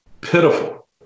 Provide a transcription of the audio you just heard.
pitiful